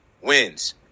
wins